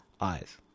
eyes